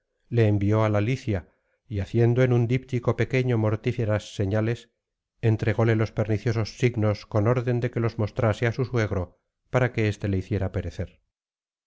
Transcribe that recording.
le envió á la licia y haciendo en un díptico pequeao mortíferas señales entrególe los perniciosos signos con orden de que los mostrase á su suegro para que éste le hiciera perecer